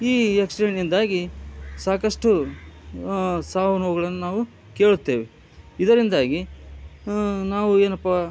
ಈ ಎಕ್ಸಿಡೆಂಟ್ನಿಂದಾಗಿ ಸಾಕಷ್ಟು ಸಾವು ನೋವುಗಳನ್ನು ನಾವು ಕೇಳುತ್ತೇವೆ ಇದರಿಂದಾಗಿ ನಾವು ಏನಪ್ಪ